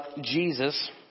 Jesus